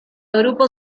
grupo